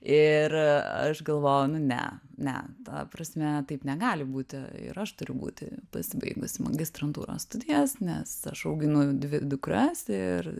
ir aš galvoju nu ne ne ta prasme taip negali būti ir aš turiu būti pasibaigusi magistrantūros studijas nes aš auginu dvi dukras ir